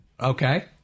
Okay